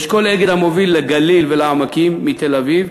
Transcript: לאשכול "אגד" המוביל לגליל ולעמקים מתל-אביב,